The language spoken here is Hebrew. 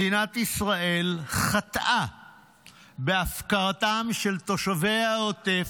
מדינת ישראל חטאה בהפקרתם של תושבי העוטף.